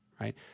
right